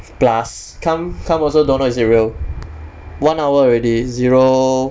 plus come come also don't know is it real one hour already zero